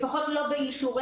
לפחות לא באישורנו,